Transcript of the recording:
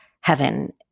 heaven